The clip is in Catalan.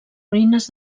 ruïnes